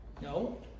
No